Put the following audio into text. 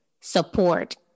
support